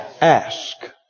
ask